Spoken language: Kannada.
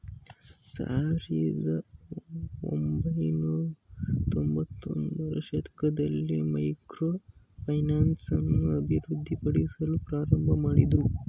ಸಾವಿರದ ಒಂಬೈನೂರತ್ತೊಂಭತ್ತ ರ ದಶಕದಲ್ಲಿ ಮೈಕ್ರೋ ಫೈನಾನ್ಸ್ ಅನ್ನು ಅಭಿವೃದ್ಧಿಪಡಿಸಲು ಪ್ರಾರಂಭಮಾಡಿದ್ರು